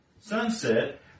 sunset